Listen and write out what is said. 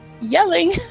Yelling